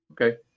Okay